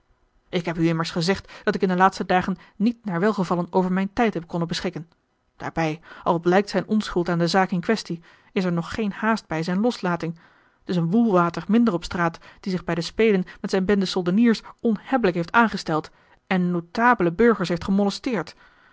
ik heb u immers gezegd dat ik in de laatste dagen niet naar welgevallen over mijn tijd heb konnen beschikken daarbij al blijkt zijne onschuld aan de zaak in quaestie is er nog geene haast bij zijne loslating t is een woelwater minder op straat die zich bij de spelen met zijne bende soldeniers onhebbelijk heeft aangesteld en notabele burgers heeft gemolesteerd